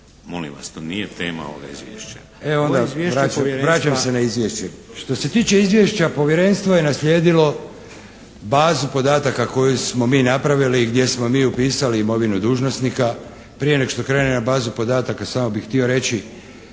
**Kapraljević, Antun (HNS)** Evo onda vraćam se na Izvješće. Što se tiče Izvješća Povjerenstvo je naslijedilo bazu podataka koju smo mi napravili i gdje smo mi upisali imovinu dužnosnika, prije nego što krenem na bazu podataka, samo bih htio reći